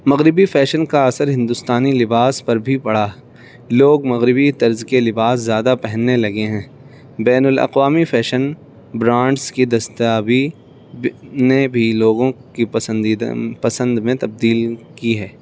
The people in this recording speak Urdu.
مغربی فیشن کا اثر ہندوستانی لباس پر بھی پڑا لوگ مغربی طرز کے لباس زیادہ پہننے لگے ہیں بین الاقوامی فیشن برانڈس کی دستیابی نے بھی لوگوں کی پسندیدہ پسند میں تبدیل کی ہے